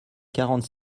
quarante